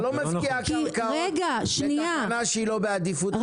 אתה לא מפקיע קרקעות לתחנה שהיא לא בעדיפות.